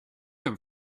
come